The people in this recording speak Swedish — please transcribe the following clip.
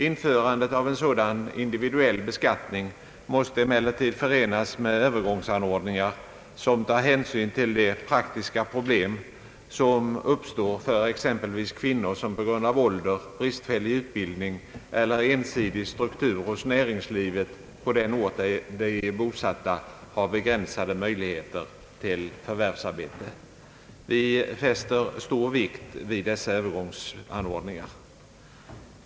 Införandet av en sådan individuell beskattning måste emellertid förenas med övergångsanordningar som tar hänsyn till de praktiska problem som uppstår för exempelvis kvinnor som på grund av ålder, bristfällig utbildning eller ensidig struktur hos näringslivet på den ort där de är bosatta har begränsade möjligheter till förvärvsarbete. Vi fäster stor vikt vid dessa övergångsanordningar.